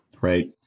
Right